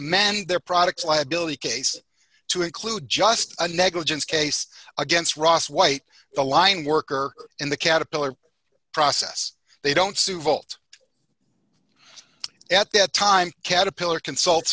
amend their product liability case to include just a negligence case against ross white the line worker in the caterpillar process they don't sue volte at that time caterpillar consult